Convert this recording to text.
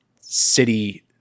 city